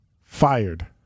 fired